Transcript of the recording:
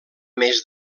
més